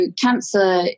cancer